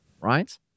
right